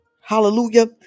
hallelujah